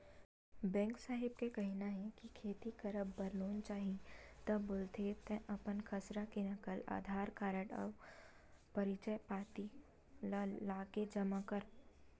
bank साहेब के कहिना हे के खेती करब बर लोन चाही ता बोलथे तंय अपन खसरा के नकल, अधार कारड अउ परिचय पाती ल लाके जमा कर